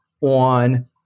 on